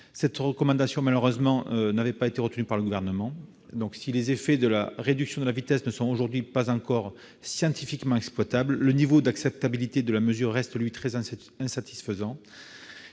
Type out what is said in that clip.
cette recommandation du Sénat n'a toutefois pas été retenue par le Gouvernement. Si les effets de la réduction de la vitesse ne sont aujourd'hui pas encore scientifiquement exploitables, le niveau d'acceptabilité de la mesure reste, lui, très insatisfaisant